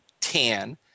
tan